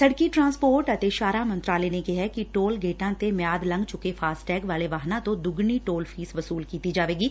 ਸੜਕੀ ਟਰਾਂਸਪੋਰਟ ਅਤੇ ਸ਼ਾਹ ਰਾਹ ਮੰਤਰਾਲੇ ਨੇ ਕਿਹੈ ਕਿ ਟੋਲ ਗੇਟਾਂ ਤੇ ਮਿਆਦ ਲੰਘ ਚੁੱਕੇ ਫਾਸਟੈਗ ਵਾਲੇ ਵਾਹਨਾਂ ਤੋਂ ਦੁੱਗਣੀ ਟੋਲ ਫੀਸ ਵਸੂਲ ਕੀਤੀ ਜਾਵੇਗੀ